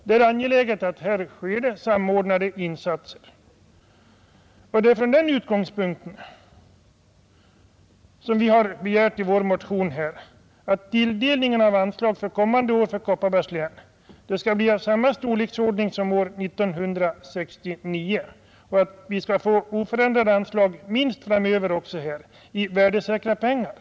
Det är angeläget att det blir samordnade insatser, och det är från den utgångspunkten som vi i vår motion har begärt att tilldelningen av anslag för kommande år till Kopparbergs län skall bli av samma storleksordning som år 1969 och att vi skall få minst oförändrade anslag även framöver i värdesäkra pengar.